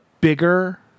bigger